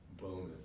bonus